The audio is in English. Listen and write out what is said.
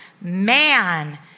man